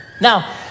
Now